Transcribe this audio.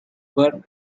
bird